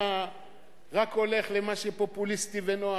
אתה רק הולך למה שפופוליסטי ונוח.